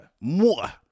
more